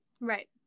right